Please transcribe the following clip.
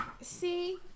See